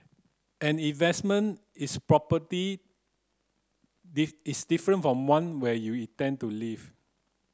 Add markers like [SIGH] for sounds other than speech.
an investment is property [UNINTELLIGIBLE] is different from one where you intend to live